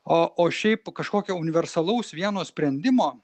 o o šiaip kažkokio universalaus vieno sprendimo